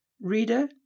Reader